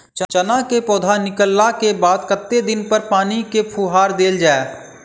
चना केँ पौधा निकलला केँ बाद कत्ते दिन पर पानि केँ फुहार देल जाएँ?